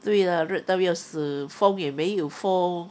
对 lah 热到要死风也没有风